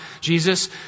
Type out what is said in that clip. Jesus